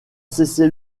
cessez